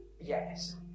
Yes